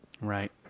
Right